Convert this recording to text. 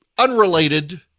Unrelated